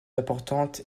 importante